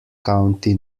county